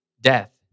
death